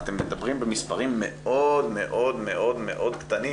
אתם מדברים במספרים מאוד מאוד מאוד מאוד קטנים